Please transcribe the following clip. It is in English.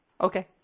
okay